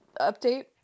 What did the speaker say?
update